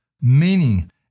meaning